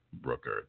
Brooker